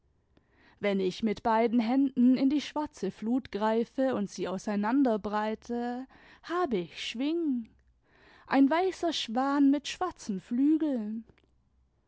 wenn ich mit beiden händen in die schwarze flut greife und sie auseinanderbreite habe ich schwingen ein weißer schwan nut schwarzen flügeln